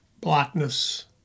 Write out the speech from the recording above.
blackness